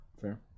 fair